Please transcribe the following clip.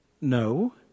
No